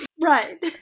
right